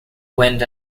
wind